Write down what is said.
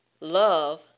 love